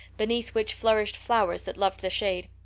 beneath which flourished flowers that loved the shade.